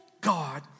God